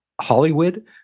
Hollywood